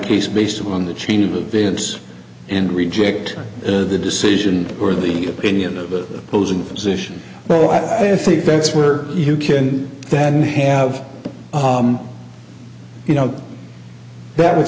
case based on the chain of events and reject the decision or the opinion of the opposing physician well i think that's where you can then have you know that would